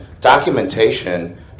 Documentation